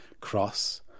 Cross